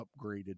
upgraded